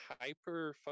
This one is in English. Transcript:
hyper